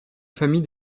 famille